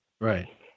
right